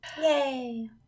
Yay